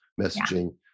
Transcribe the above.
messaging